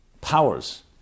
powers